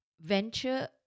venture